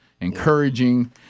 encouraging